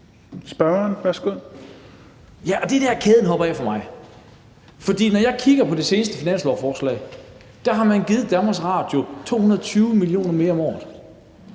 Mathiesen (NB): Ja, og det er der, kæden hopper af for mig, fordi når jeg kigger på det seneste finanslovsforslag, står der, at man har givet DR 200 mio. kr. mere om året.